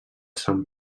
sant